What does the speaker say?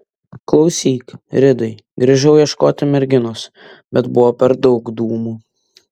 klausyk ridai grįžau ieškoti merginos bet buvo per daug dūmų